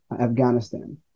Afghanistan